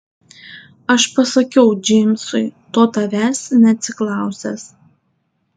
aš pasakiau džeimsui to tavęs neatsiklausęs